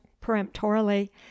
peremptorily